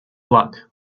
luck